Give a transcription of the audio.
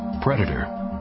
predator